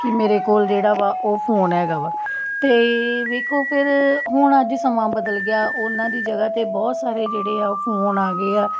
ਕਿ ਮੇਰੇ ਕੋਲ ਜਿਹੜਾ ਵਾ ਉਹ ਫੋਨ ਹੈਗਾ ਵਾ ਅਤੇ ਵੇਖੋ ਫਿਰ ਹੁਣ ਅੱਜ ਸਮਾਂ ਬਦਲ ਗਿਆ ਉਹਨਾਂ ਦੀ ਜਗ੍ਹਾ 'ਤੇ ਬਹੁਤ ਸਾਰੇ ਜਿਹੜੇ ਆ ਉਹ ਫੋਨ ਆ ਗਏ ਆ